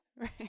right